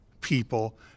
people